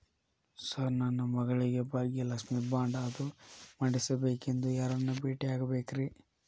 Sir ನನ್ನ ಮಗಳಿಗೆ Bhagyalakshmi bond ಅದು ಮಾಡಿಸಬೇಕೆಂದು ಯಾರನ್ನ ಭೇಟಿಯಾಗಬೇಕ್ರಿ?